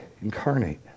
incarnate